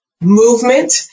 movement